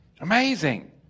Amazing